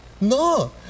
No